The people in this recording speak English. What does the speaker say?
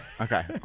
Okay